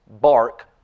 bark